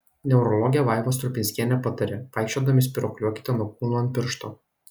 neurologė vaiva strupinskienė patarė vaikščiodami spyruokliuokite nuo kulno ant piršto